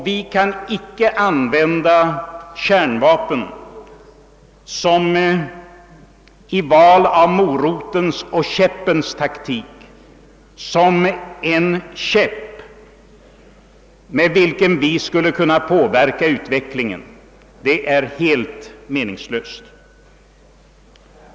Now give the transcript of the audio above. Vi kan inte använda motiveringen för anskaffande av kärnvapen att det är ett val mellan morotens och käppens taktik och att vi valt käppen, med vilken vi skulle kunna påverka utvecklingen; det är nämligen helt meningslöst.